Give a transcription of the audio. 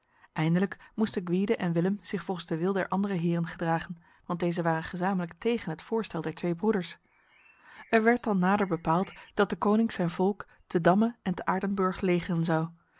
eindelijk moesten gwyde en willem zich volgens de wil der andere heren gedragen want deze waren gezamenlijk tegen het voorstel der twee broeders er werd dan nader bepaald dat deconinck zijn volk te damme en te aardenburg legeren zou